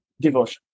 devotion